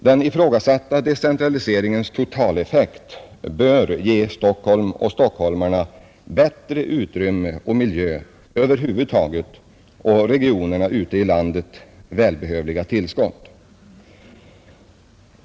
Den ifrågasatta decentraliseringens totaleffekt bör ge Stockholm och stockholmarna bättre utrymme och miljö över huvud taget och regionerna ute i landet välbehövliga tillskott.